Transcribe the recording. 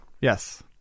Yes